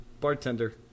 bartender